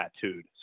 tattooed